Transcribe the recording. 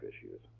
issues